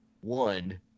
one